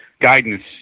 guidance